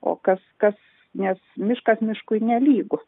o kas kas nes miškas miškui nelygu